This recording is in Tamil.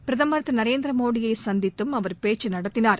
பிரதமர் திரு நரேந்திரமோடியை சந்தித்தும் அவர் பேச்சு நடத்தினார்